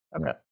Okay